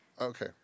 okay